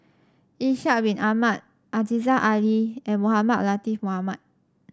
Ishak Bin Ahmad Aziza Ali and Mohamed Latiff Mohamed